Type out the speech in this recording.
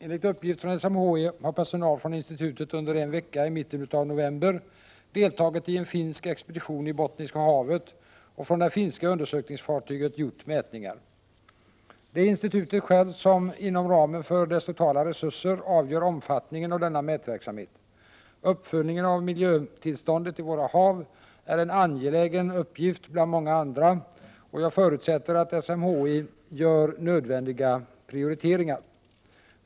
Enligt uppgift från SMHI har personal från institutet under en vecka i mitten av november deltagit i en finsk expedition i Bottniska havet och från det finska undersökningsfartyget gjort mätningar. Det är institutet självt som, inom ramen för dess totala resurser, avgör omfattningen av denna mätverksamhet. Uppföljningen av miljötillståndet i våra hav är en angelägen uppgift bland många andra och jag förutsätter att SMHI gör nödvändiga prioriteringar.